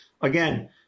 again